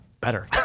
Better